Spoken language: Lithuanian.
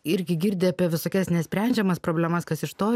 irgi girdi apie visokias nesprendžiamas problemas kas iš to